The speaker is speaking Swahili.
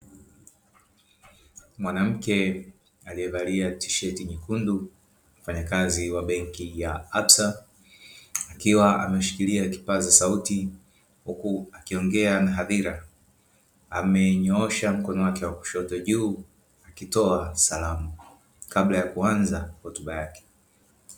Mwanamke aliyevalia tisheti nyekundu mfanyakazi wa benki ya "ABSA" akiwa ameshikilia kipaza sauti, huku akiongea na hadhira amenyoosha mkono wake wa kushoto juu ukitoa salamu kabla ya kuanza hotuba yake.